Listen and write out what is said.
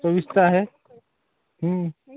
चविष्ट आहे